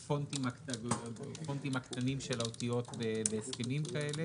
לגבי הפונטים הקטנים של האותיות בהסכמים כאלה